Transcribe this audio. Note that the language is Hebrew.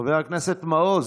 חבר הכנסת מעוז.